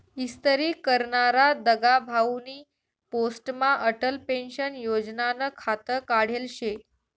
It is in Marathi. इस्तरी करनारा दगाभाउनी पोस्टमा अटल पेंशन योजनानं खातं काढेल शे